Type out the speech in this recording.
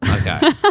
Okay